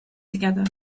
together